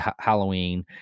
Halloween